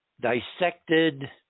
dissected